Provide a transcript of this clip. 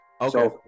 Okay